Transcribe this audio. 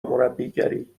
مربیگری